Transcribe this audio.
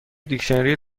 دیکشنری